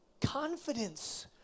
confidence